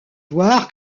voir